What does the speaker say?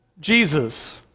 Jesus